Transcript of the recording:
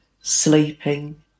sleeping